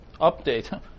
Update